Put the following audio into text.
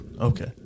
Okay